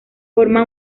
forma